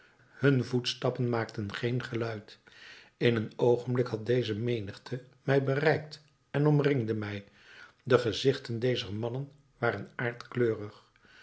hun voetstappen maakten geen geluid in een oogenblik had deze menigte mij bereikt en omringde mij de gezichten dezer mannen waren